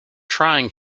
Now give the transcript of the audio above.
trying